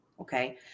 Okay